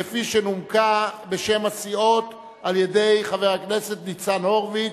כפי שנומקה בשם הסיעות על-ידי חבר הכנסת ניצן הורוביץ.